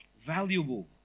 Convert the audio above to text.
valuable